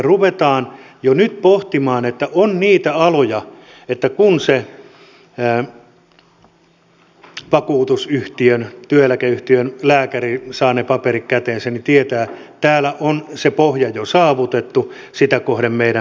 ruvetaan jo nyt pohtimaan niitä aloja että kun se vakuutusyhtiön työeläkeyhtiön lääkäri saa ne paperit käteensä niin tietää että täällä on se pohja jo saavutettu sitä kohden meidän pitää edetä